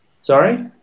Sorry